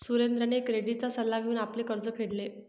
सुरेंद्रने क्रेडिटचा सल्ला घेऊन आपले कर्ज फेडले